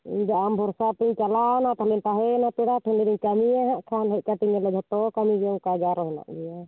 ᱤᱧ ᱫᱚ ᱟᱢ ᱵᱷᱚᱨᱥᱟ ᱛᱤᱧ ᱪᱟᱞᱟᱣ ᱮᱱᱟ ᱛᱟᱦᱚᱞᱮ ᱛᱟᱦᱮᱸᱭᱮᱱᱟ ᱯᱮᱲᱟ ᱴᱷᱮᱱ ᱞᱟᱹᱭᱮᱫᱟᱧ ᱠᱟᱹᱢᱤᱭᱟ ᱟᱜ ᱠᱷᱟᱱ ᱦᱮᱡ ᱠᱟᱛᱤᱧ ᱧᱮᱞᱮᱫ ᱡᱚᱛᱚ ᱠᱟᱹᱢᱤ ᱜᱮ ᱚᱱᱠᱟᱜᱮ ᱟᱨᱚ ᱦᱮᱱᱟᱜ ᱜᱮᱭᱟ